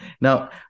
Now